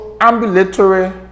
ambulatory